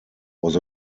was